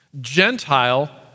Gentile